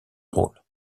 rôles